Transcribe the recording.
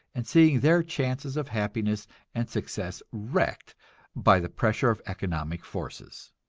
and seeing their chances of happiness and success wrecked by the pressure of economic forces.